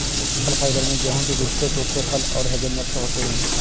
फल फाइबर में गेहूं के गुच्छे सूखे फल और हेज़लनट्स होते हैं